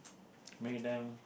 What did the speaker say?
make them